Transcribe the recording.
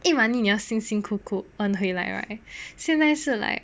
一晚你有辛辛苦苦 earn 回来 right 现在是 like